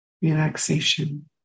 Relaxation